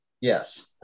Yes